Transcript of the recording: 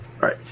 Right